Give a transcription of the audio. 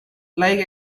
like